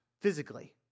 physically